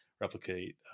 replicate